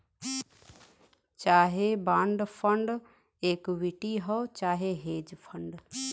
चाहे bond fund equity हौ चाहे हेज फ़ंड